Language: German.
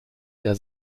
der